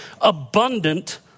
abundant